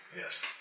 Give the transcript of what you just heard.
Yes